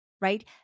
right